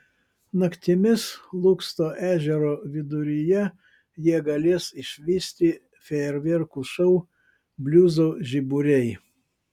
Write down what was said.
naktimis lūksto ežero viduryje jie galės išvysti fejerverkų šou bliuzo žiburiai